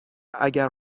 اگر